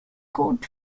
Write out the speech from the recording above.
court